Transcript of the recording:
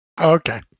Okay